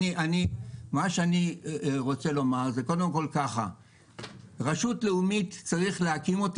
מה שאני רוצה לומר זה שקודם כל רשות לאומית צריך להקים,